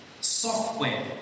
Software